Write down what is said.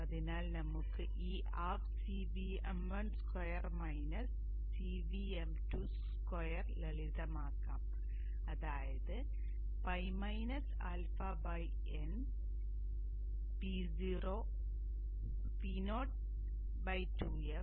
അതിനാൽ നമുക്ക് ഈ ½ ലളിതമാക്കാം അതായത് ᴨ αᴨ Po 2f